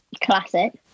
Classic